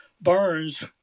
Burns